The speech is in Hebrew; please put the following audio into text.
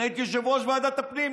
אני הייתי יושב-ראש ועדת הפנים.